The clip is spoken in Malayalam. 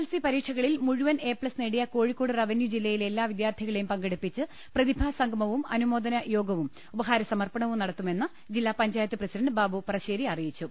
എസ്എസ്എൽസി പരീക്ഷകളിൽ മുഴുവൻ എ പ്ലസ് നേടിയ കോഴിക്കോട് റവന്യൂ ജില്ലയിലെ എല്ലാ വിദ്യാർത്ഥികളെയും പങ്കെ ടുപ്പിച്ച് പ്രതിഭാ സംഗമവും അനുമോദനയോഗവും ഉപഹാര സമർപ്പണവും നടത്തുമെന്ന് ജില്ലാ പഞ്ചായത്ത് പ്രസിഡന്റ് ബാബു പറശ്ശേരി അറിയിച്ചു